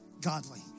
godly